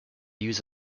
use